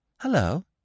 Hello